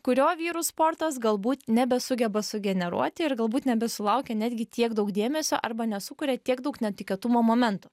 kurio vyrų sportas galbūt nebesugeba sugeneruoti ir galbūt nebesulaukia netgi tiek daug dėmesio arba nesukuria tiek daug netikėtumo momentų